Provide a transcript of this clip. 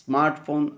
smartphone